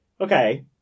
okay